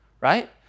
right